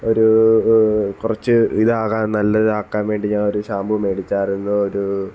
ഒരു കുറച്ച് ഇതാകാൻ നല്ലതാക്കാൻ വേണ്ടി ഞാനൊരു ഷാമ്പു മേടിച്ചായിരുന്നു ഒരു